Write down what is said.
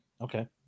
Okay